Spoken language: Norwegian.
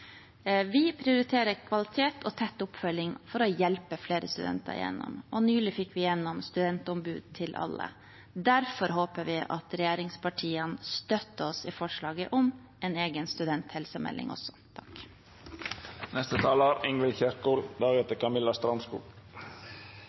Vi prioriterer kvalitet og tett oppfølging for å hjelpe flere studenter igjennom, og nylig fikk vi igjennom studentombud til alle. Derfor håper vi at regjeringspartiene støtter oss i forslaget om en egen studenthelsemelding også.